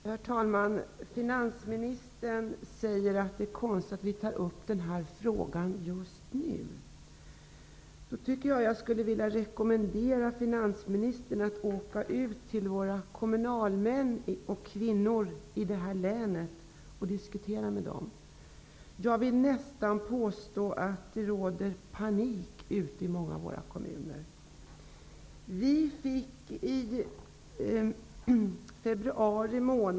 Herr talman! Finansministern säger att det är konstigt att vi tar upp den här frågan just nu. Jag skulle då vilja rekommendera finansministern att åka ut till våra kommunalpolitiker i länet och diskutera med dem. Jag vill nästan påstå att det råder panik i många av våra kommuner.